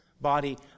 body